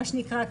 מה שנקרא,